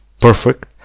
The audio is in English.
perfect